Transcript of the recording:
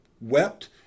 wept